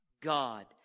God